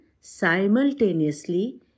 simultaneously